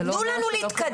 תנו לנו להתקדם.